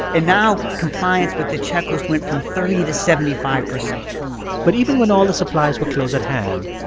and now compliance with the checklist went from thirty to seventy five percent but even when all the supplies were close at hand,